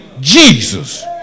Jesus